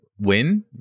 win